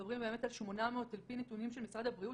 על פי נתונים של משרד הבריאות,